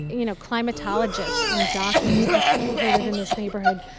you know, climatologists and doctors and people who live in this neighborhood.